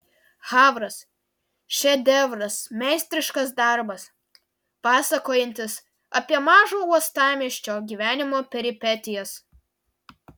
havras šedevras meistriškas darbas pasakojantis apie mažo uostamiesčio gyvenimo peripetijas